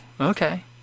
okay